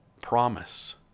promise